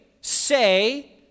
say